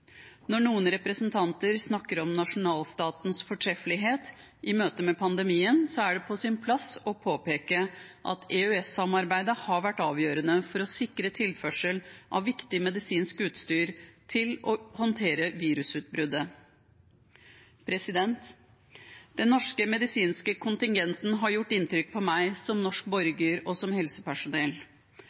Når noen representanter snakker om nasjonalstatens fortreffelighet i møte med pandemien, er det på sin plass å påpeke at EØS-samarbeidet har vært avgjørende for å sikre tilførsel av viktig medisinsk utstyr til å håndtere virusutbruddet. Den norske medisinske kontingenten har gjort inntrykk på meg som norsk borger og som helsepersonell.